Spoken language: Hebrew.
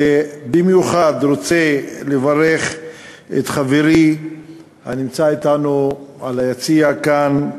במיוחד אני רוצה לברך את חברי הנמצא אתנו ביציע כאן,